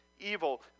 evil